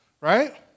right